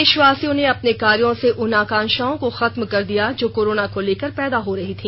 देशवासियों ने अपनी कार्यों से उन आशंकाओं को खत्म कर दिया जो कोरोना को लेकर पैदा हो रही थी